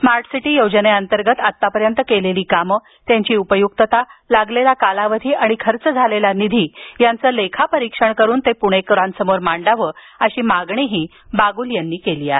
smart city योजनेअंतर्गत आत्तापर्यंत केलेली कामं त्यांची उपयुक्तता लागलेला कालावधी आणि खर्च झालेला निधी यांचं लेखा परीक्षण करून ते पुणेकरांसमोर मांडावं अशी मागणीही बागुल यांनी केली आहे